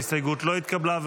ההסתייגות לא התקבלה.